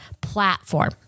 platform